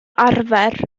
arfer